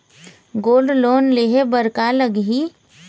Gold loan लेहे बर का लगही?